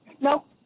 No